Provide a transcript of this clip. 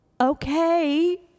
Okay